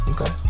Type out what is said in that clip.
Okay